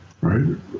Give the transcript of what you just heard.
right